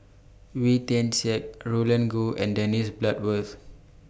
Wee Tian Siak Roland Goh and Dennis Bloodworth